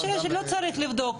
יש, לא צריך לבדוק.